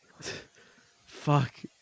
Fuck